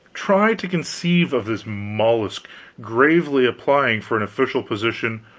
try to conceive of this mollusk gravely applying for an official position,